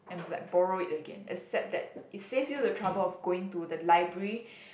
and like borrow it again except that it saves you the trouble of going to the library